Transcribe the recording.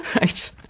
Right